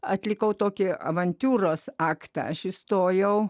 atlikau tokį avantiūros aktą aš įstojau